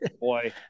Boy